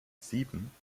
sieben